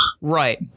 Right